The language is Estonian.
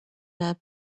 läheb